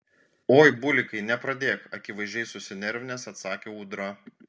oi bulikai nepradėk akivaizdžiai susinervinęs atsakė ūdra